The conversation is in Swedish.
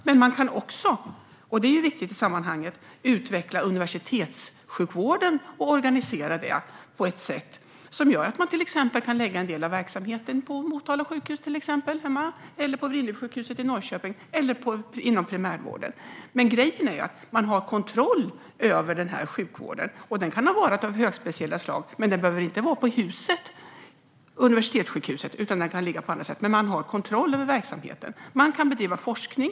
Men man kan också - det är viktigt i sammanhanget - utveckla och organisera universitetssjukvården på ett sådant sätt att man till exempel kan lägga en del av verksamheten på Motala sjukhus, på Vrinnevisjukhuset i Norrköping eller inom primärvården. Grejen är att man har kontroll över den här sjukvården. Den kan vara av högspecialiserat slag, men den behöver inte utföras på universitetssjukhuset utan kan ligga på andra ställen. Man har dock kontroll över verksamheten. Man kan bedriva forskning.